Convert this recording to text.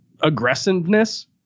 aggressiveness